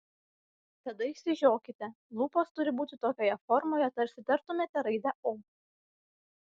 tada išsižiokite lūpos turi būti tokioje formoje tarsi tartumėte raidę o